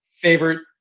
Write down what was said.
favorite